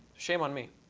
shame on me.